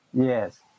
Yes